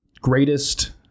greatest